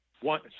one